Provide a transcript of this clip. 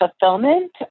fulfillment